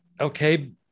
okay